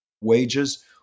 wages